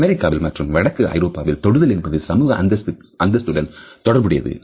அமெரிக்காவில் மற்றும் வடக்கு ஐரோப்பாவில் தொடுதல் என்பது சமூக அந்தஸ்துக்கு தொடர்புடையது